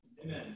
Amen